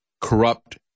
corrupt